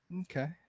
Okay